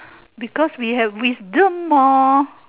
because we have wisdom hor